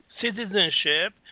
citizenship